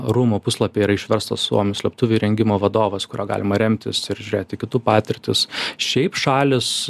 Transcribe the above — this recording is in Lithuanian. rūmų puslapy yra išverstas suomių slėptuvių įrengimo vadovas kuriuo galima remtis ir žiūrėti kitų patirtis šiaip šalys